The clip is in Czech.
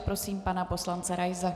Prosím pana poslance Raise.